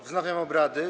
Wznawiam obrady.